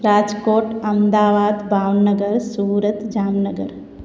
Rajkot Ahmedabad Bhavnagar Surat Jamnagar